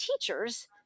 teachers